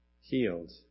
healed